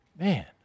Man